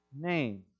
name